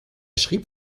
schrieb